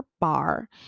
bar